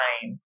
time